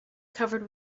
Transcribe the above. covered